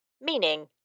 meaning